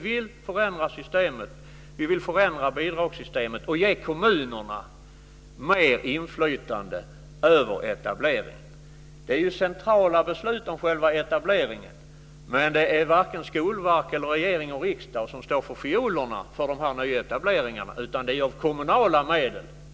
Vi vill förändra bidragssystemet och ge kommunerna mer inflytande över etableringen. Det är centrala beslut om själva etableringen. Men det är varken Skolverket eller regeringen och riksdag som står för fiolerna för nyetableringarna, utan det görs med kommunala medel.